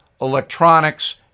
electronics